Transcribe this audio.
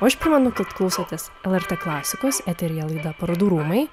o aš primenu kad klausotės lrt klasikos eteryje laida parodų rūmai